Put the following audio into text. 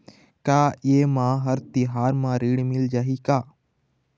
का ये मा हर तिहार बर ऋण मिल जाही का?